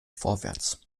vorwärts